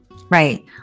Right